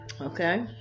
Okay